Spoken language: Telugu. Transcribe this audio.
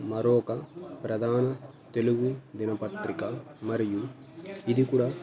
మరొక ప్రధాన తెలుగు దినపత్రిక మరియు ఇది కూడా